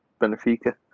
Benfica